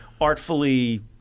artfully